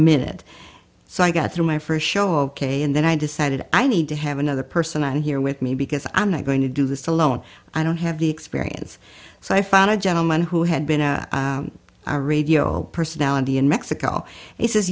minute so i got through my first show of k and then i decided i need to have another person out here with me because i'm not going to do this alone i don't have the experience so i found a gentleman who had been a radio personality in mexico he says